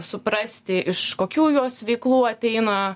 suprasti iš kokių jos veiklų ateina